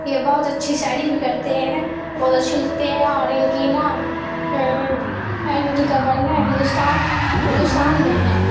یہ بہت اچھی شاعری بھی کرتے ہیں بہت اچھے لکھتے ہیں اور ان کی نا ان کی قبر نہ ہندوستان ہندوستان میں ہے